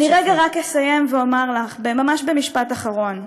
אני רק אסיים ואומר לך, ממש במשפט אחרון: